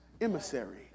emissary